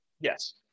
yes